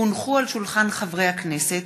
הונחו על שולחן הכנסת,